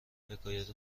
حکایت